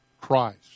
Christ